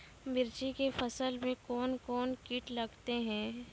मिर्ची के फसल मे कौन कौन कीट लगते हैं?